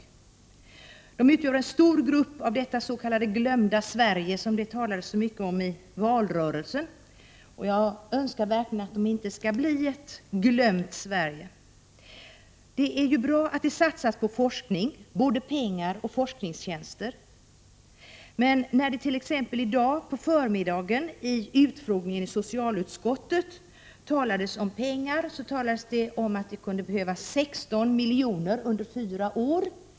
De här patienterna utgör en stor grupp i ”det glömda Sverige”, som det talades så mycket om i valrörelsen. Jag önskar verkligen att den här gruppen inte skall bli ett glömt Sverige. Det är bra att det satsas på forskning — både pengar och tjänster. När det i dag på förmiddagen i utfrågningen i socialutskottet talades om pengar sade man att det kunde behövas 16 milj.kr. under fyra år.